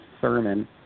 sermon